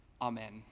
Amen